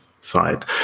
side